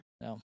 No